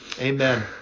Amen